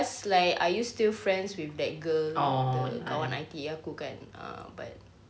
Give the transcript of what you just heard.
like are you still friends with that girl the kawan I_T_E aku kan uh but like